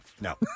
No